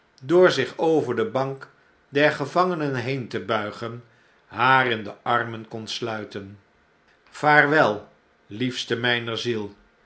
door zich over de bank der gevangenen heen te buigen haar in de armen kon sluiten vaarwel liefste mjjner ziel